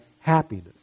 happiness